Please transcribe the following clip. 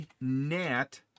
NAT